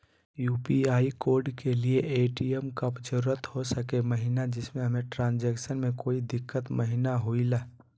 UPI code के लिए ATM का जरूरी हो सके महिना जिससे हमें ट्रांजैक्शन में कोई दिक्कत महिना हुई ला?